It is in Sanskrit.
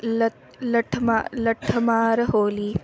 ल लठमा लठ्मार होली